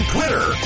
Twitter